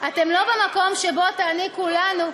אתם לא במקום שבו תעניקו לנו,